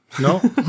No